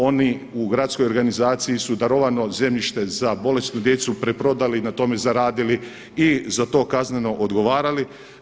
Oni u gradskoj organizaciji su darovano zemljište za bolesnu djecu preprodali i na tome zaradili i za to kazneno odgovarali.